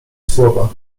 słowa